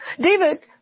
David